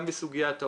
גם בסוגיית העוני,